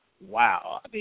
Wow